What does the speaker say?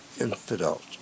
infidels